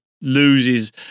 loses